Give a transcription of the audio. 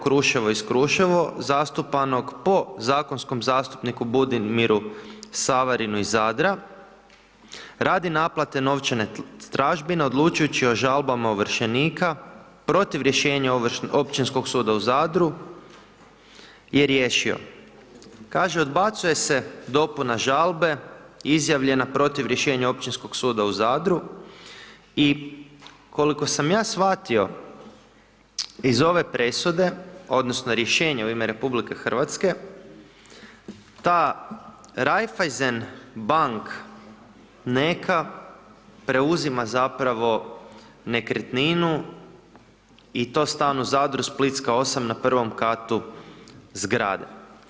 Kruševo iz Kruševo zastupanog po zakonskom zastupniku Budimiru Saverinu iz Zadra radi naplate novčane tražbine odlučujući o žalbama ovršenika, protiv rješenja Općinskog suda u Zadru je riješio, kaže odbacuje se dopuna žalbe izjavljena protiv rješenja Općinskog suda u Zadru i koliko sam ja shvatio iz ove presude odnosno rješenja u ime RH, ta Raiffeiesenbank neka preuzima zapravo nekretninu i to stan u Zadru, Splitska 8 na prvom katu zgrade.